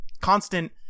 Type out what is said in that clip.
constant